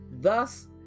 Thus